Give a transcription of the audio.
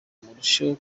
murusheho